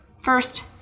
First